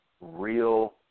real